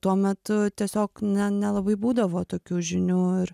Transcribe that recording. tuo metu tiesiog ne nelabai būdavo tokių žinių ir